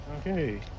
Okay